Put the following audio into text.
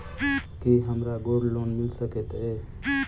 की हमरा gold loan मिल सकैत ये?